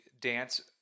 dance